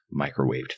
microwaved